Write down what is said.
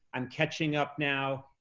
i'm catching up now,